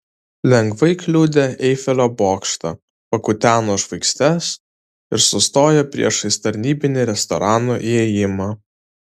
lengvai kliudė eifelio bokštą pakuteno žvaigždes ir sustojo priešais tarnybinį restorano įėjimą